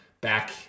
back